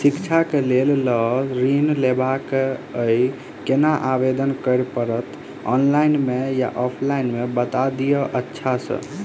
शिक्षा केँ लेल लऽ ऋण लेबाक अई केना आवेदन करै पड़तै ऑनलाइन मे या ऑफलाइन मे बता दिय अच्छा सऽ?